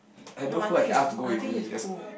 I know who I can ask to go with me that's right